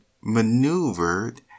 maneuvered